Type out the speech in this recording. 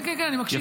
כן, כן, אני מקשיב.